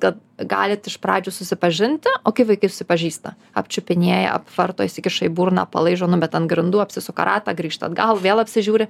kad galit iš pradžių susipažinti o kaip vaikai susipažįsta apčiupinėja apvarto įsikiša į burną palaižo numeta ant grindų apsisuka ratą grįžta atgal vėl apsižiūri